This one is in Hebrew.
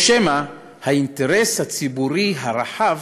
ושמא האינטרס הציבורי הרחב